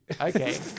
Okay